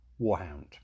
Warhound